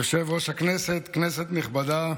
יושב-ראש הישיבה, כנסת נכבדה,